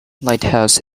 lighthouse